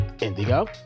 indigo